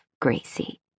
Gracie